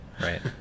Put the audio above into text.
right